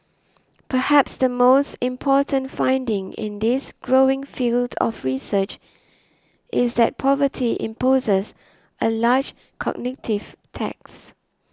perhaps the most important finding in this growing field of research is that poverty imposes a large cognitive tax